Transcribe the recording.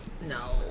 No